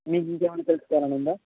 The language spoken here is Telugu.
మీకు ఇంకేమైనా తెలుసుకోవాలని ఉందా